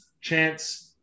chance